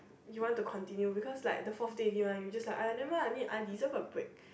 you want to continue because like the fourth day already mah you just like !aiya! I need I deserve a break